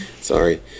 Sorry